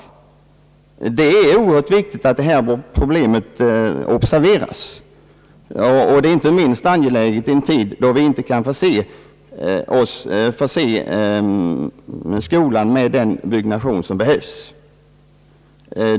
Det är oerhört viktigt att detta problem observeras, och det är inte minst angeläget i en tid då vi inte kan förse skolan med den byggnation som behövs.